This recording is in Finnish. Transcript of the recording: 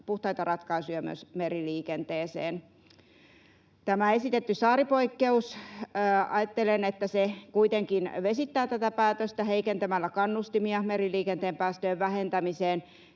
puhtaita ratkaisuja myös meriliikenteeseen. Tämä esitetty saaripoikkeus, ajattelen, että se kuitenkin vesittää tätä päätöstä heikentämällä kannustimia meriliikenteen päästöjen vähentämiseen.